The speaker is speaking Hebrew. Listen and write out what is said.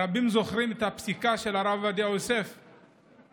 רבים זוכרים את הפסיקה של הרב עובדיה יוסף שנפסקה,